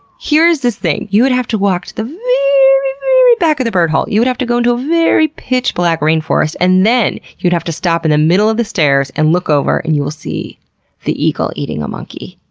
here's the thing, you would have to walk to the very very back of the bird hall. you would have to go into a very pitch black rainforest and then, you'd have to stop in the middle of the stairs and look over and you will see the eagle eating a monkey.